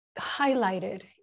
highlighted